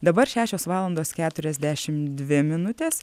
dabar šešios valandos keturiasdešimt dvi minutės